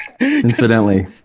Incidentally